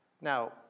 Now